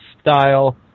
style